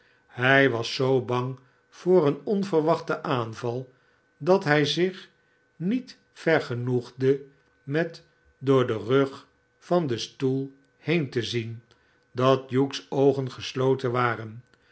hij was zoo bang voor een onverwachten aanval dat hij zich niet vergenoegde met door den rug van den stoel heen te zien dat hugh's oogen gesloten waren